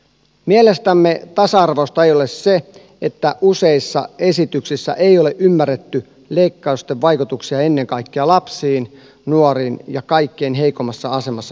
mielestämme tasa arvoista ei ole se että useissa esityksissä ei ole ymmärretty leikkausten vaikutuksia ennen kaikkea lapsiin nuoriin ja kaikkein heikoimmassa asemassa oleviin